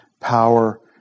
power